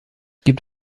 gibt